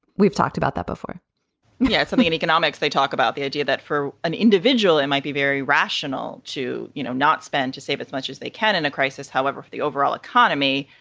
we've talked about that before yeah. something in economics. they talk about the idea that for an individual, it might be very rational to, you know, not spend to save as much as they can in a crisis however, if the overall economy.